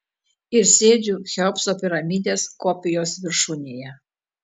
ir sėdžiu cheopso piramidės kopijos viršūnėje